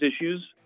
issues